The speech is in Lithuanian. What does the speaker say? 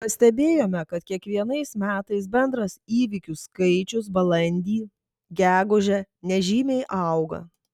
pastebėjome kad kiekvienais metais bendras įvykių skaičius balandį gegužę nežymiai auga